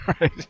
Right